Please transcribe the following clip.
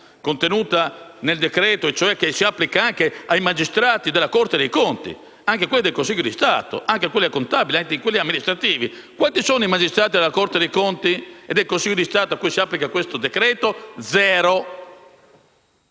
che il decreto-legge si applichi anche ai magistrati della Corte dei conti, a quelli del Consiglio di Stato, a quelli contabili e amministrativi. Quanti sono i magistrati della Corte dei conti e del Consiglio di Stato a cui si applica questo decreto-legge?